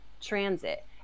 transit